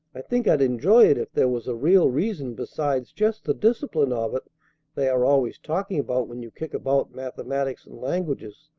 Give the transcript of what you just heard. i think i'd enjoy it if there was a real reason besides just the discipline of it they are always talking about when you kick about mathematics and languages.